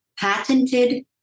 patented